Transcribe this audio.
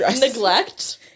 Neglect